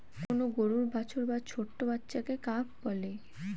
কোন গরুর বাছুর বা ছোট্ট বাচ্চাকে কাফ বলে